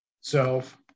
self